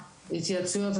התייעצויות.